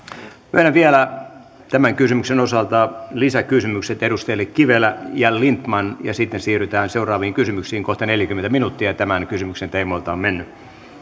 myönnän vielä tämän kysymyksen osalta lisäkysymykset edustajille kivelä ja lindtman ja sitten siirrytään seuraaviin kysymyksiin kohta neljäkymmentä minuuttia tämän kysymyksen tiimoilta on mennyt